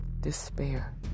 despair